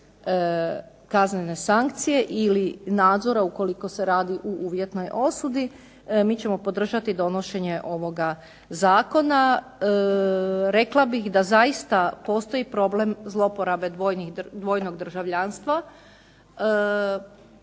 kaznene sankcije ili nadzora ukoliko se radi o uvjetnoj osudi, mi ćemo podržati donošenje ovog zakona. Rekla bih da zaista postoji problem zloporabe dvojnog državljanstva.